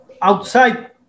outside